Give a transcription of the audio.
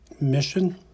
mission